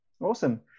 awesome